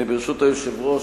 ברשות היושב-ראש,